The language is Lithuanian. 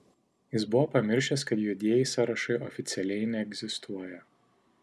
jis buvo pamiršęs kad juodieji sąrašai oficialiai neegzistuoja